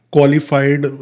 Qualified